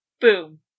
Boom